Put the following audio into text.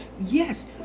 Yes